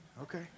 Okay